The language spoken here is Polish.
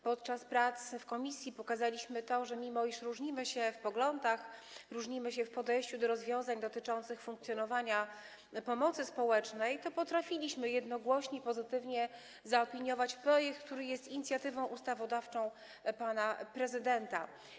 Podczas prac w komisji pokazaliśmy to, że mimo iż różnimy się w poglądach, różnimy się w podejściu do rozwiązań dotyczących funkcjonowania pomocy społecznej, potrafiliśmy jednogłośnie pozytywnie zaopiniować projekt, który jest inicjatywą ustawodawczą pana prezydenta.